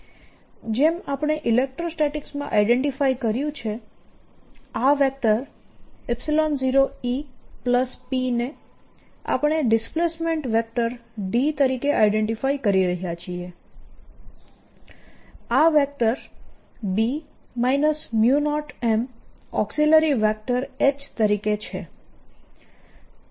જેમ આપણે ઇલેક્ટ્રોસ્ટેટીકમાં આઈડેન્ટિફાય કર્યું છે આ વેક્ટર 0EP ને આપણે ડિસ્પ્લેસમેન્ટ વેક્ટર D તરીકે આઈડેન્ટિફાય કરી રહયા છીએ આ vector B 0M auxiliary vector H તરીકે છે